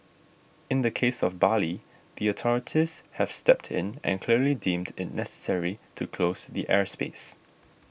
in the case of Bali the authorities have stepped in and clearly deemed it necessary to close the airspace